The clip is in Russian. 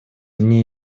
мне